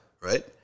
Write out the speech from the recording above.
right